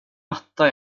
matta